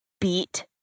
Beat